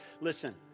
listen